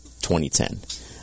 2010